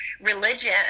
religion